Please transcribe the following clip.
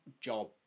job